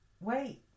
wait